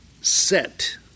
set